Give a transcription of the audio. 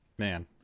Man